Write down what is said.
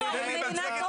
אני מבינה טוב מאוד.